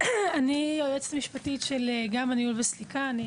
אני היועצת המשפטית של גמא ניהול וסליקה בע"מ.